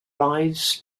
lives